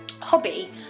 hobby